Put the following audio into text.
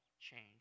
change